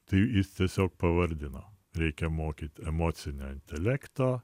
tai jis tiesiog pavardino reikia mokyt emocinio intelekto